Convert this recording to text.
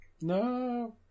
No